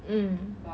mm